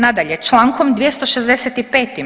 Nadalje, člankom 265.